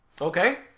Okay